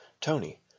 Tony